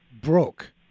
broke